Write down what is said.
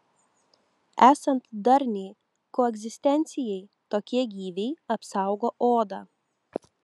esant darniai koegzistencijai tokie gyviai apsaugo odą